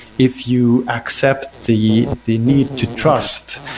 if you accept the the need to trust,